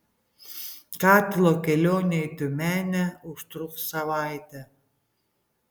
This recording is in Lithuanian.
katilo kelionė į tiumenę užtruks savaitę